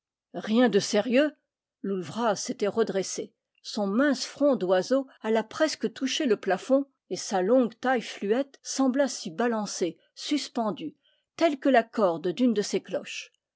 rien de sérieux loull vraz s'était redressé son mince front d'oiseau alla presque toucher le plafond et sa longue taille fluette sembla s'y balancer suspendue telle que la corde d'une de ses cloches